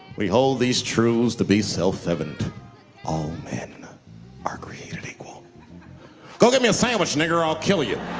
we hold these truths to be self-evident um men and are created equal go get me a sandwich nigger or i'll kill you